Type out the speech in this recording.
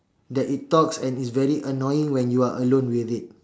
that it talks and is very annoying when you are alone with it